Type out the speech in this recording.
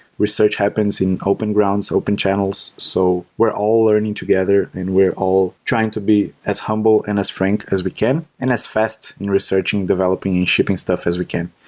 research happens in open grounds, open channels, so we're all learning together and we're all trying to be as humble and as frank as we can, and as fast in researching, developing and shipping stuff as we can.